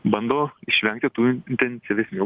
bando išvengti tų intensyvesnių